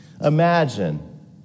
Imagine